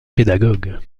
pédagogue